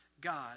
God